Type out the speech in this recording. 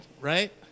right